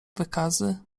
wykazy